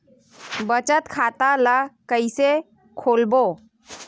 बचत खता ल कइसे खोलबों?